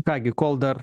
ką gi kol dar